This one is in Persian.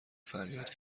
فریاد